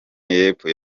y’epfo